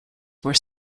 were